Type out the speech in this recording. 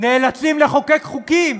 נאלצים לחוקק חוקים